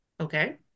Okay